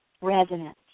resonance